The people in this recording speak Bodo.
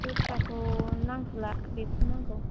दस्राखौ नांथ'ला बेखौनो नांगौ